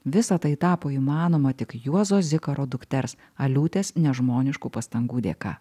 visa tai tapo įmanoma tik juozo zikaro dukters aliutės nežmoniškų pastangų dėka